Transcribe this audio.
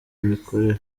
imikorere